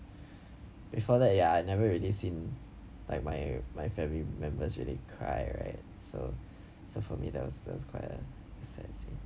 before that ya I never really seen like my my family members really cry right so so for me that was that was quite a sad scene